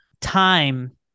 time